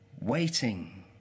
waiting